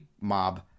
mob